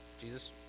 Jesus